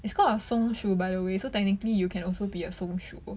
it's called of 松鼠 by the way so technically you can also be a 松鼠